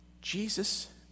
Jesus